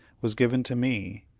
was given to me,